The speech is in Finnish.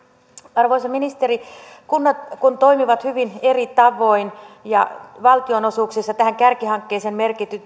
arvoisa ministeri kun kunnat toimivat hyvin eri tavoin ja valtionosuuksissa tähän kärkihankkeeseen